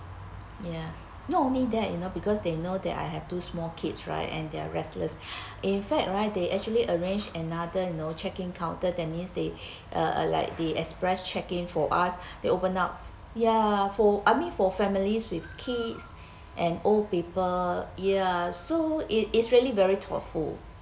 ya not only that you know because they know that I have two small kids right and they are restless in fact right they actually arrange another you know check-in counter that means they uh uh like they express check-in for us they open up ya for I mean for families with kids and old people ya so it it's really very thoughtful